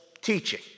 teaching